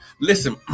listen